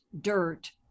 dirt